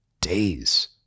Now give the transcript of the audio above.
days